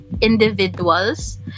individuals